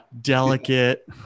delicate